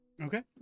Okay